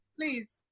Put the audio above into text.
please